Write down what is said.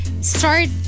start